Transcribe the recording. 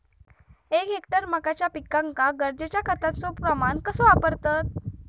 एक हेक्टर मक्याच्या पिकांका गरजेच्या खतांचो प्रमाण कसो वापरतत?